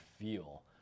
feel